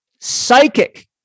psychic